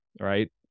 Right